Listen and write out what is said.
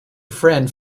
friend